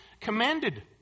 commanded